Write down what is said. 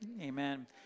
Amen